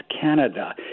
canada